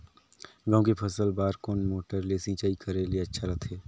गहूं के फसल बार कोन मोटर ले सिंचाई करे ले अच्छा रथे?